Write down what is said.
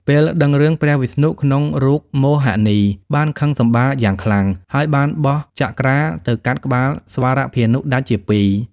ពេលដឹងរឿង ព្រះវិស្ណុក្នុងរូបមោហិនី បានខឹងសម្បារយ៉ាងខ្លាំង ហើយបានបោះ ចក្រា ទៅកាត់ក្បាលស្វរភានុដាច់ជាពីរ។